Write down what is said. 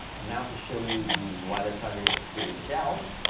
and now to show you the wireless charger itself.